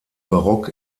barock